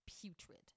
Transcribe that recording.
putrid